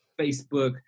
Facebook